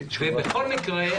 בכל מקרה,